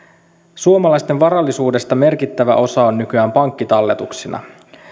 suomalaisten varallisuudesta merkittävä osa on nykyään pankkitalletuksina